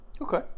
okay